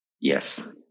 Yes